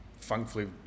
thankfully